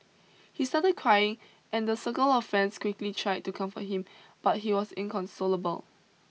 he started crying and a circle of friends quickly tried to comfort him but he was inconsolable